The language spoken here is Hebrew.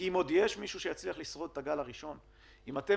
כי אם יש עוד מישהו שהצליח לשרוד את הגל הראשון אם אתם